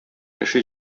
кеше